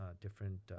different